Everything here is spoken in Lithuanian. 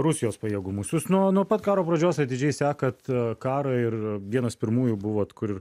rusijos pajėgumų jūs nuo nuo pat karo pradžios atidžiai sekat karą ir vienas pirmųjų buvot kur